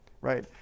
right